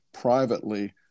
privately